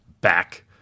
back